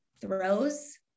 throws